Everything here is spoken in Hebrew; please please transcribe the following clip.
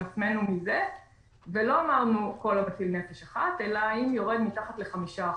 עצמנו ולא אמרנו כל המציל אחת אלא האם יורד מתחת ל-5%.